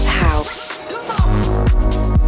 house